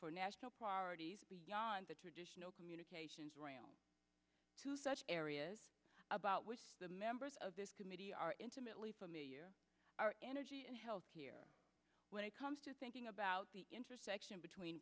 for national priorities on the traditional communications to such areas about which the members of this committee are intimately familiar energy and health here when it comes to thinking about the intersection between